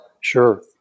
Sure